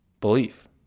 belief